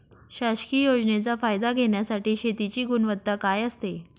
शासकीय योजनेचा फायदा घेण्यासाठी शेतीची गुणवत्ता काय असते?